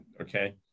Okay